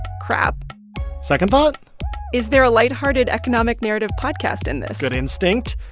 crap second thought is there a light-hearted economic narrative podcast in this? good instinct.